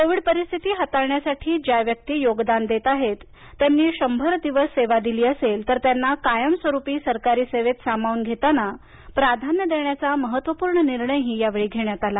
Covid परिस्थिती हाताळण्यासाठी ज्या व्यक्ति योगदान देत आहेत त्यांनी शंभर दिवस सेवा दिली असेल तर त्यांना कायमस्वरूपी सरकारी सेवेत सामावून घेताना प्राधान्य देण्याचा महत्त्वपूर्ण निर्णय या वेळी घेण्यात आला